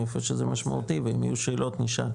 איפה שזה משמעותי ואם יהיו שאלות נשאל.